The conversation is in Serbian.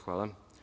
Hvala.